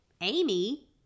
Amy